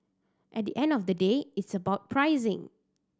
at the end of the day it's about pricing